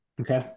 Okay